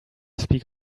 speak